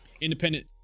independent